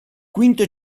quinto